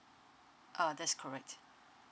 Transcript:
uh that's correct